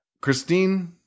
Christine